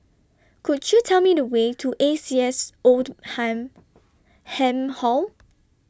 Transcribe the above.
two